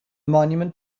monument